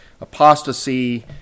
apostasy